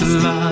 love